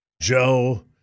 Joe